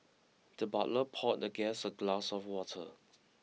the butler poured the guest a glass of water